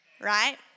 right